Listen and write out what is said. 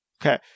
Okay